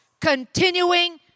continuing